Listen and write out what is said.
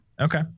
Okay